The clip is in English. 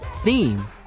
theme